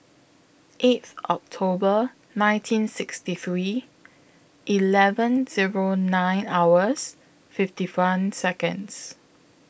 eighth October nineteen sixty three eleven Zero nine hours fifty one Seconds